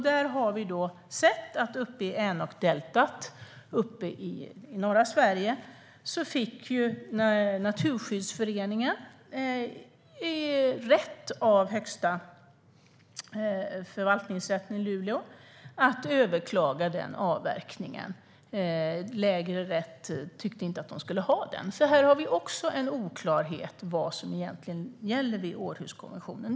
När det gäller Änokdeltat i norra Sverige fick Naturskyddsföreningen rätt av Förvaltningsrätten i Luleå att överklaga den avverkningen. Lägre rättsinstans tyckte inte att man skulle ha det. Här har vi alltså en oklarhet om vad som egentligen gäller i Århuskonventionen.